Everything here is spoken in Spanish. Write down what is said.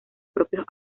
propios